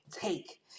take